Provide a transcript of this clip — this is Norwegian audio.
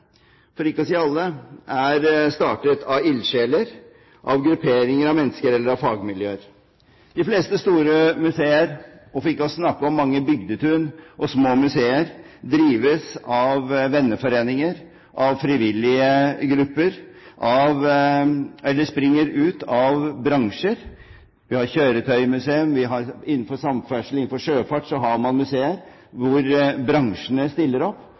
for ikke å si alle – er startet av ildsjeler, av grupperinger av mennesker eller av fagmiljøer. De fleste store museer – for ikke å snakke om mange bygdetun og små museer – drives av venneforeninger eller av frivillige grupper, eller de springer ut av bransjer. Vi har kjøretøymuseum. Innenfor samferdsel og innenfor sjøfart har man museer hvor bransjene stiller opp